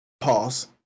Pause